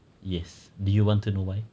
yes do you want to know why